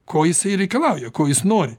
ko jisai reikalauja ko jis nori